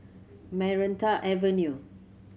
Maranta Avenue